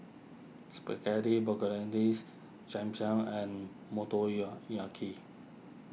Spaghetti Bolognese Cham Cham and